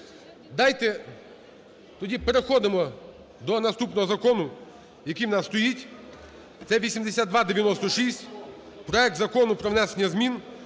Дайте… Тоді переходимо до наступного закону, який в нас стоїть, – це 8296: проект Закону про внесення змін